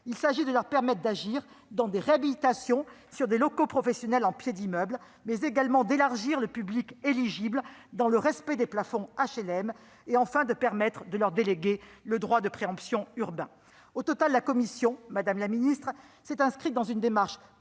est de leur permettre d'agir dans des réhabilitations, sur des locaux professionnels en pied d'immeuble, d'élargir le public éligible dans le respect des plafonds HLM et, enfin, de faire en sorte de leur déléguer le droit de préemption urbain. Au total, la commission s'est inscrite dans une démarche